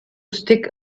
stick